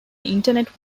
internet